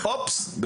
אופס,